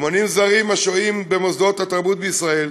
אמנים זרים השוהים במוסדות התרבות בישראל